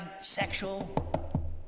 sexual